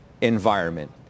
environment